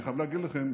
אני חייב להגיד לכם,